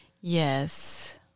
Yes